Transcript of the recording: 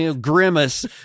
grimace